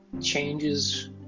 changes